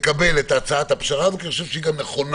מקבל את הצעת הפשרה, ואני חושב שנכונה.